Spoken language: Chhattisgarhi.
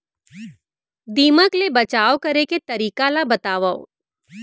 दीमक ले बचाव करे के तरीका ला बतावव?